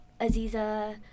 Aziza